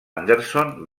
anderson